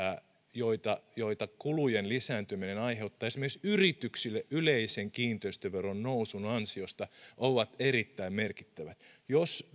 joita joita kulujen lisääntyminen aiheuttaa esimerkiksi yrityksille yleisen kiinteistöveron nousun ansiosta ovat erittäin merkittävät jos